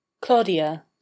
Claudia